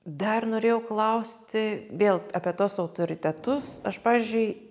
dar norėjau klausti vėl apie tuos autoritetus aš pavyzdžiui